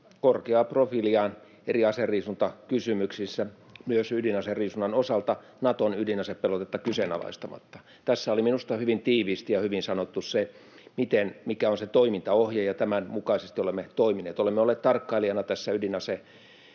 korkeaa profiiliaan eri aseriisuntakysymyksissä, myös ydinaseriisunnan osalta, Naton ydinasepelotetta kyseenalaistamatta — oli minusta hyvin tiiviisti ja hyvin sanottu se, mikä on se toimintaohje, ja tämän mukaisesti olemme toimineet. Olemme olleet tarkkailijana tässä